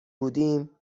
بودیم